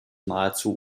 nahezu